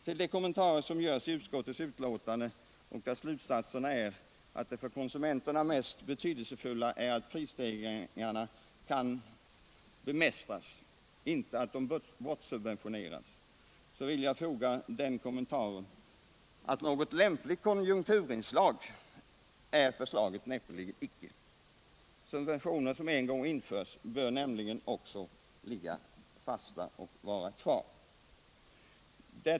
Till de kommentarer som görs i finansutskottets betänkande, där slutsatsen är att det för konsumenterna mest betydelsefulla är att de totala prisstegringarna kan bemästras — inte att de bortsubventioneras — vill jag foga den kommentaren att förslaget näppeligen innebär något lämpligt konjunkturinslag. Subventioner som en gång införs bör nämligen också ligga kvar och vara bestående.